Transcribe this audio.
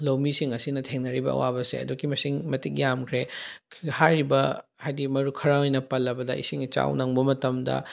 ꯂꯧꯃꯤꯁꯤꯡ ꯑꯁꯤꯅ ꯊꯦꯡꯅꯔꯤꯕ ꯑꯋꯥꯕꯁꯦ ꯑꯗꯨꯛꯀꯤ ꯃꯇꯤꯛ ꯌꯥꯝꯈ꯭ꯔꯦ ꯍꯥꯏꯔꯤꯕ ꯍꯥꯏꯗꯤ ꯈꯔ ꯑꯣꯏꯅ ꯄꯜꯂꯕꯗ ꯏꯁꯤꯡ ꯏꯆꯥꯎ ꯅꯪꯕ ꯃꯇꯃꯗ